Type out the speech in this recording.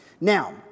Now